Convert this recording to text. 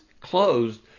closed